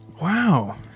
Wow